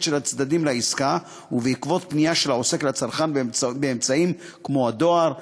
של הצדדים לעסקה ובעקבות פנייה של העוסק לצרכן באמצעים כמו דואר,